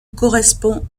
correspond